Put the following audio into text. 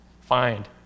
find